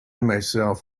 myself